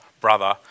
brother